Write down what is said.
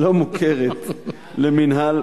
מאין,